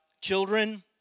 children